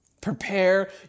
Prepare